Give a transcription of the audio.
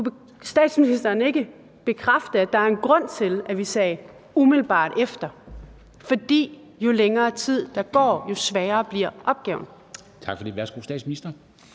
kunne statsministeren ikke bekræfte, at der er en grund til, at vi sagde, at det skulle være umiddelbart efter, for jo længere tid, der går, jo sværere bliver opgaven?